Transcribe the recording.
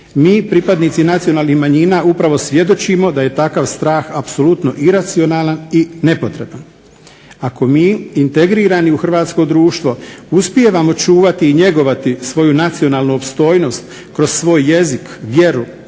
Mi, pripadnici nacionalnih manjina upravo svjedočimo da je takav strah apsolutno iracionalan i nepotreban. Ako mi integrirani u hrvatsko društvo uspijevamo čuvati i njegovati svoju nacionalnu opstojnost kroz svoj jezik, vjeru,